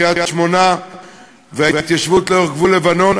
קריית-שמונה וההתיישבות לאורך גבול לבנון,